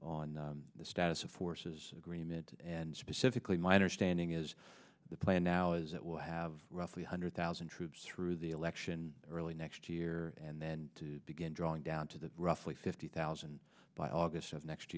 on the status of forces agreement and specifically my understanding is the plan now is it will have roughly one hundred thousand troops through the election early next year and then to begin drawing down to the roughly fifty thousand by august of next